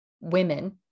women